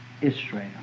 Israel